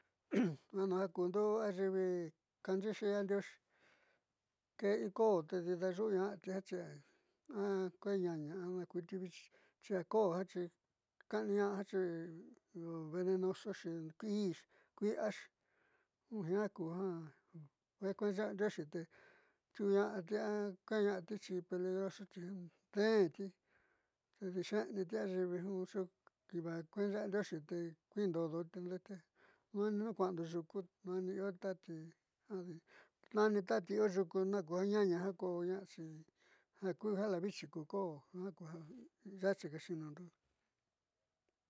ada'a kundo ayiixi kanyiixi yaan dioxi kee in koó te daayuuña'ati achi kuee naña xi ja koo xi kaanitña'axi ti io venenoso i'ixi kui'ioxi jiaa ku ja kuee ñandioxi te tiuña'ati a kaaña'ati xi peligrosoti deenti te xe'eni ti ayiivi ju xukueeña'andioxi te kuiindo doti niuu kua'ando yuku nduaani tati duaani tati io yuku na ku ja ñaña ko ña'axi ja ku ja la viichi ku koó jiaa ku ja ya'ochika xiinundo.